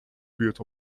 buurt